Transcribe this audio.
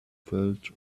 felt